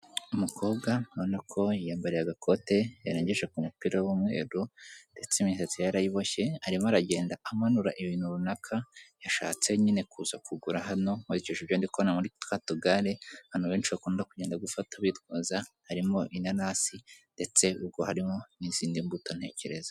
Umukobwa monako yiyambariye agakote yarengeje ku mupira w'umweru, ndetse imisatsi yarayiboshye arimo aragenda amanura ibintu runaka yashatse nyine kuza kugura hano, nkurikije ibyo ndikubona muri twatugare, abantu benshi bakunda kugenda gufata bitwaza, harimo inanasi, ndetse ubwo harimo n'izindi mbuto ntekereza.